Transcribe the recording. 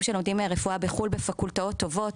שלומדים רפואה בחו"ל בפקולטות טובות,